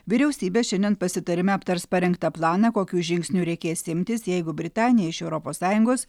vyriausybė šiandien pasitarime aptars parengtą planą kokių žingsnių reikės imtis jeigu britanija iš europos sąjungos